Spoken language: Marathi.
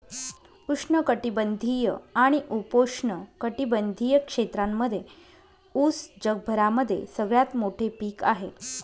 उष्ण कटिबंधीय आणि उपोष्ण कटिबंधीय क्षेत्रांमध्ये उस जगभरामध्ये सगळ्यात मोठे पीक आहे